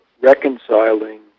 reconciling